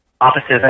offices